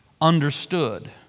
understood